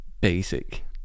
basic